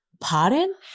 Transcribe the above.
pardon